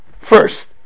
first